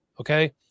okay